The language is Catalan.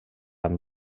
amb